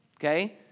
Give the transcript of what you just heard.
okay